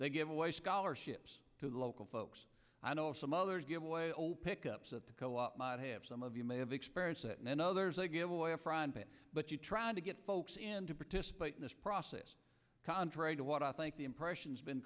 they give away scholarships to the local folks i know some others give away old pickups at the co op might have some of you may have experienced it and others they give away a friend but you trying to get folks in to participate in this process contrary to what i think the impressions been